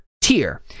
tier